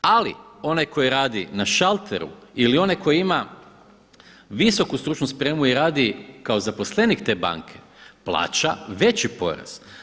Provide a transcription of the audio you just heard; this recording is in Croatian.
Ali onaj koji radi na šalteru ili onaj koji ima visoku stručnu spremu i radi kao zaposlenik te banke plaća veći porez.